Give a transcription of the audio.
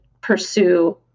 pursue